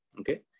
Okay